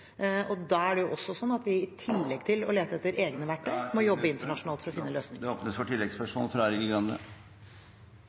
Da er det også sånn at vi i tillegg til å lete etter egne verktøy må jobbe internasjonalt for å finne løsninger. Da er tiden ute. Det